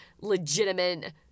legitimate